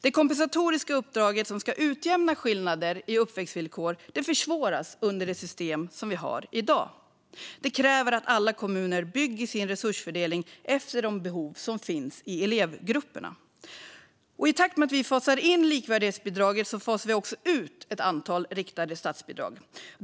Det kompensatoriska uppdraget, som ska utjämna skillnader i uppväxtvillkor, försvåras under det system vi har i dag. Det kräver att alla kommuner bygger sin resursfördelning efter de behov som finns i elevgrupperna. I takt med att vi fasar in likvärdighetsbidraget fasar vi också ut ett antal riktade statsbidrag.